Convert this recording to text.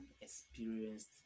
experienced